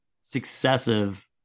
successive